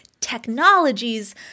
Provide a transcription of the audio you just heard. technologies